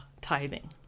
tithing